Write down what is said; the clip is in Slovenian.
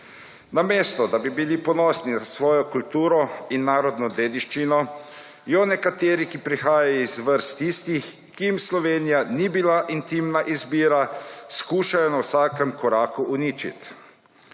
Namesto da bi bili ponosni na svojo kulturo in narodno dediščino, jo nekateri, ki prihajajo iz vrst tistih, ki jim Slovenija ni bila intimna izbira, skušajo na vsakem koraku uničit.